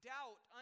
Doubt